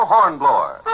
Hornblower